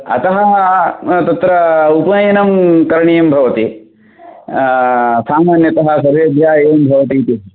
अतः तत्र उपनयनं करणीयं भवति सामान्यतः सर्वेभ्यः एवं भवति